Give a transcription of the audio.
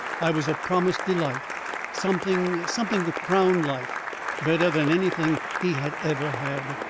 i was a promised delight something, something to crown life better than anything he had ever had.